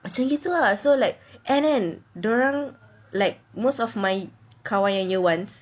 macam gitu ah so like and kan dorang like most of my kawan yang year ones